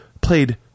played